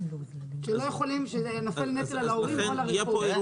הנטל נופל על ההורים ולא על המדינה.